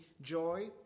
joy